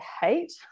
hate